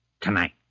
tonight